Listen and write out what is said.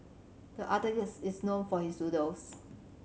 the is known for his doodles